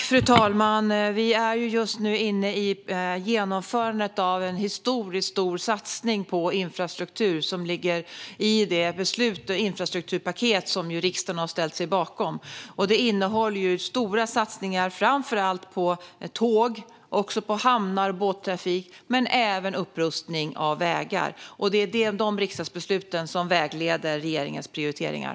Fru talman! Vi är just nu inne i genomförandet av en historiskt stor satsning på infrastruktur som ligger i det infrastrukturpaket som riksdagen har ställt sig bakom. Det innehåller stora satsningar på framför allt tåg, också på hamnar och båttrafik men även upprustning av vägar. Det är dessa riksdagsbeslut som vägleder regeringens prioriteringar.